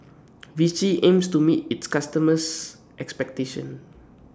Vichy aims to meet its customers' expectations